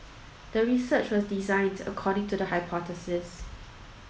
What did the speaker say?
the research was designed according to the hypothesis